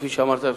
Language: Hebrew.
כפי שאמרת,